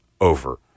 Over